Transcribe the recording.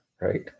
Right